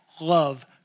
love